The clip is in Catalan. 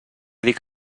dic